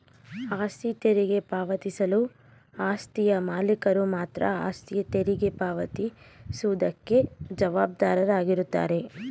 ಆಸ್ತಿ ತೆರಿಗೆ ಪಾವತಿಸಲು ಆಸ್ತಿಯ ಮಾಲೀಕರು ಮಾತ್ರ ಆಸ್ತಿಯ ತೆರಿಗೆ ಪಾವತಿ ಸುವುದಕ್ಕೆ ಜವಾಬ್ದಾರಾಗಿರುತ್ತಾರೆ